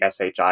SHI